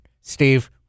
Steve